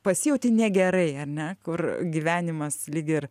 pasijauti negerai ar ne kur gyvenimas lyg ir